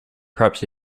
perhaps